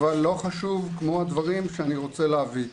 אבל לא חשוב כמו הדברים שאני רוצה להביא.